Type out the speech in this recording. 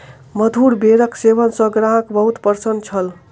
मधुर बेरक सेवन सॅ ग्राहक बहुत प्रसन्न छल